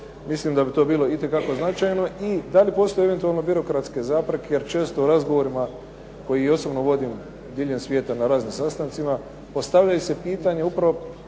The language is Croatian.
mislim da bi to bilo itekako značajno. Da li postoji eventualno birokratske zapreke jer često u razgovorima koji osobno vodim diljem svijeta na raznim sastancima postavljaju se pitanja upravo